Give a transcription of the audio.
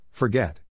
Forget